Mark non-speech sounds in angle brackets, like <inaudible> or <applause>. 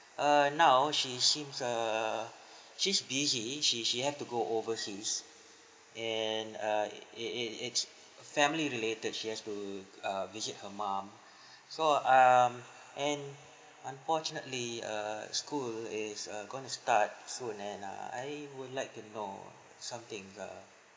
err now she seems err she's busy she she have to go overseas and err it it it's family related she has to uh visit her mum <breath> so um and unfortunately err school is uh going to start so and ah I would like to know something err